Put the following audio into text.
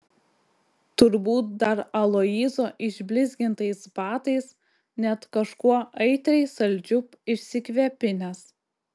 turbūt dar aloyzo išblizgintais batais net kažkuo aitriai saldžiu išsikvepinęs